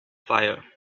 fire